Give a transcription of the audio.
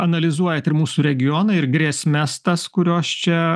analizuojat ir mūsų regioną ir grėsmes tas kurios čia